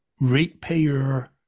ratepayer